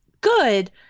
good